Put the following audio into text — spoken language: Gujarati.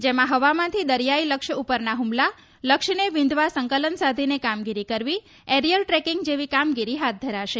જેમાં હવામાંથી દરીયાઈ લક્ષ્ય ઉપરના હુમલા લક્ષ્યને વિંધવા સંકલન સાધીને કામગીરી કરવી એરીયલ ટ્રેકીંગ જેવી કામગીરી હાથ ધરાશે